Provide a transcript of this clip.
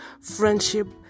friendship